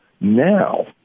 now